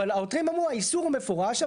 אבל העותרים אמרו האיסור מפורש,